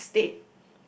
instead